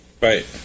Right